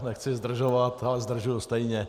Nechci zdržovat, ale zdržuji stejně.